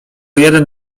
jeden